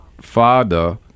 father